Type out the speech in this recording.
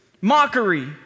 mockery